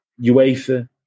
UEFA